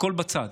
הכול בצד.